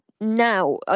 now